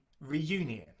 reunion